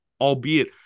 albeit